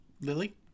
Lily